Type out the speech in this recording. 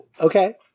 okay